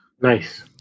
Nice